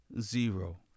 Zero